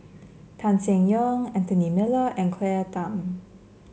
Tan Seng Yong Anthony Miller and Claire Tham